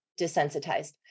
desensitized